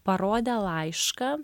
parodė laišką